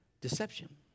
Deception